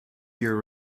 your